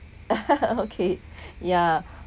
okay ya